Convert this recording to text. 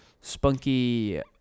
spunky